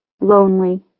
lonely